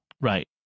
Right